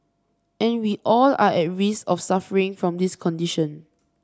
and we all are at risk of suffering from this condition